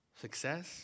success